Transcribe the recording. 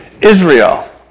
Israel